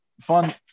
fun